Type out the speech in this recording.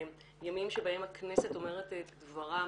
ימים שבהם הכנסת אומרת את דברה,